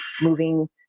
moving